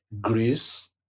Greece